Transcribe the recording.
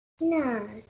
no